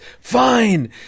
fine